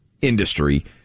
industry